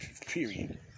Period